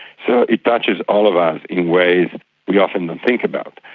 so it touches all of us in ways we often don't think about.